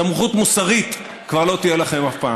סמכות מוסרית כבר לא תהיה לכם אף פעם.